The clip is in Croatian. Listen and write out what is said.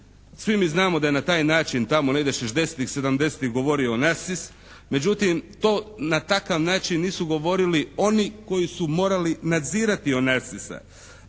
Svi mi znamo da je na taj način tamo negdje '60-ih, '70.-ih govorio Onasis međutim to na takav način nisu govorili oni koji su morali nadzirati Onasisa.